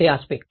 ते आस्पेक्ट